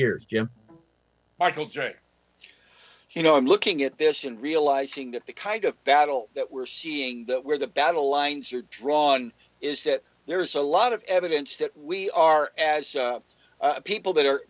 years jim i can say you know i'm looking at this and realizing that the kind of battle that we're seeing that where the battle lines are drawn is that there's a lot of evidence that we are as people that are